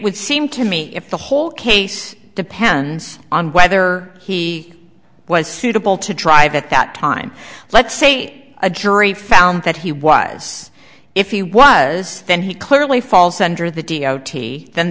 would seem to me if the whole case depends on whether he was suitable to drive at that time let's say a jury found that he was if he was then he clearly falls under the d